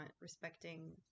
respecting